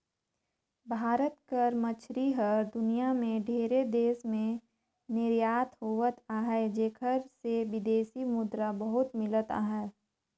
भारत कर मछरी हर दुनियां में ढेरे देस में निरयात होवत अहे जेकर ले बिदेसी मुद्रा बहुत मिलत अहे